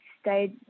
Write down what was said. stayed